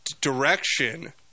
direction